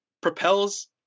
propels